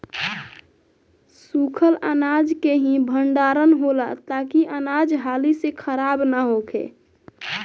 सूखल अनाज के ही भण्डारण होला ताकि अनाज हाली से खराब न होखे